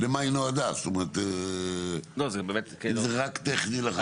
למה היא נועדה ואם זה טכני לחלוטין.